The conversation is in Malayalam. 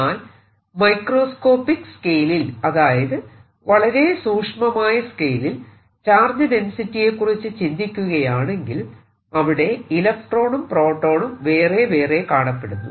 എന്നാൽ മൈക്രോസ്കോപ്പിക്ക് സ്കെയിലിൽ അതായത് വളരെ സൂക്ഷ്മമായ സ്കെയിലിൽ ചാർജ് ഡെൻസിറ്റിയെ കുറിച്ച് ചിന്തിക്കുകയാണെങ്കിൽ അവിടെ ഇലക്ട്രോണും പ്രോട്ടോണും വേറെ വേറെ കാണപ്പെടുന്നു